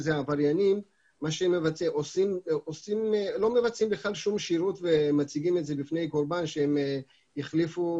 העבריינים לא מבצעים כל שירות ומציגים בפני הקורבן שהם החליפו